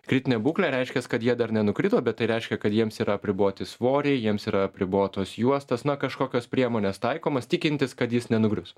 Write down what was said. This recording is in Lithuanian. kritinė būklė reiškias kad jie dar nenukrito bet tai reiškia kad jiems yra apriboti svoriai jiems yra apribotos juostos na kažkokios priemonės taikomos tikintis kad jis nenugrius